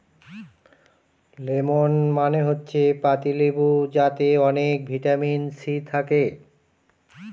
lemon মানে হচ্ছে পাতি লেবু যাতে অনেক ভিটামিন সি থাকে